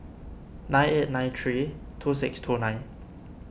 nine eight nine three two six two nine